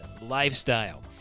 lifestyle